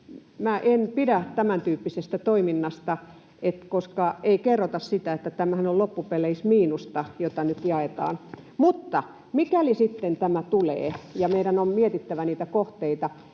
en pidä tämäntyyppisestä toiminnasta, koska ei kerrota sitä, että tämähän on loppupeleissä miinusta, jota nyt jaetaan. Mutta mikäli sitten tämä tulee ja meidän on mietittävä niitä kohteita,